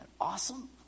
awesome